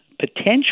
potential